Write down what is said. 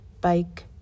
bike